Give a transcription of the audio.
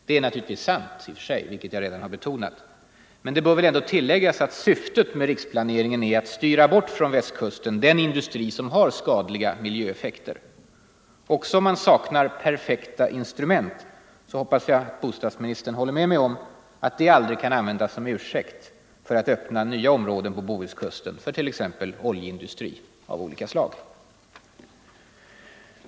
Det är naturligtvis i och för sig sant, och det har jag redan betonat. Men det bör väl tilläggas att syftet med riksplaneringen är att styra bort från Västkusten den industri som har skadliga miljöeffekter. Också om man saknar ”perfekta instrument” hoppas jag att bostadsministern håller med mig om att det aldrig kan användas som ursäkt för att öppna nya områden på Bohuskusten för t.ex. oljeindustri av olika slag.